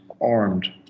armed